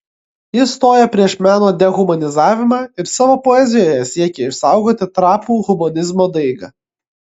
jis stoja prieš meno dehumanizavimą ir savo poezijoje siekia išsaugoti trapų humanizmo daigą